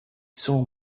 saw